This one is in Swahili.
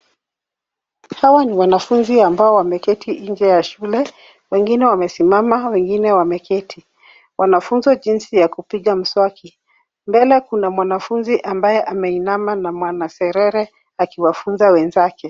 Hawa ni wanafunzi ambao wameketi nje ya shule. Wengine wamesimama, wengine wameketi. Wanafunzi jinsi ya kupiga mswaki. Mbele kuna mwanafunzi ambaye ameinama na mwanaserere akiwafunza wenzake.